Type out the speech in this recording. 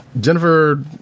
Jennifer